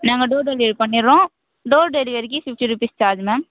நாங்கள் door delivery பண்ணிவிட்றோம் door டெலிவரிக்கு ஃபிஃப்டி ருபீஸ் சார்ஜ்ஜி மேம்